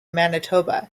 manitoba